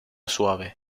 suave